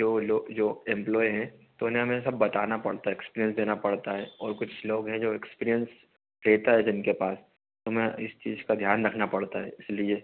जो लोग जो एम्प्लोय हैं तो उन्हें हमें सब बताना पड़ता हैं एक्सपीरियंस देना पड़ता है और कुछ लोग हैं जो एक्सपीरियंस रहता है जिनके पास हमें इस चीज़ का ध्यान रखना पड़ता हैं इसलिए